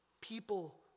people